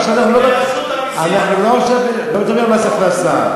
עכשיו אנחנו לא מדברים על מס הכנסה,